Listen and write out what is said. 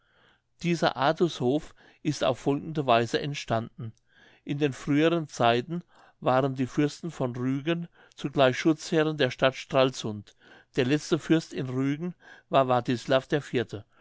dieser artushof ist auf folgende weise entstanden in den früheren zeiten waren die fürsten von rügen zugleich schutzherrn der stadt stralsund der letzte fürst in rügen war witzlav der vierte